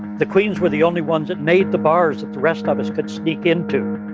the queens were the only ones that made the bars that the rest of us could sneak into,